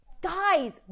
guys